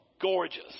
gorgeous